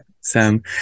Sam